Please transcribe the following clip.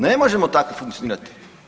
Ne možemo tako funkcionirati.